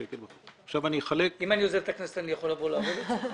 אם אני עוזב את הכנסת, אני יכול לבוא לעבוד אצלך?